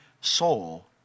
soul